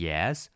Yes